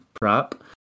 prop